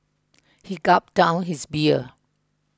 he gulped down his beer